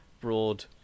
Broad